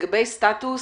לגבי סטטוס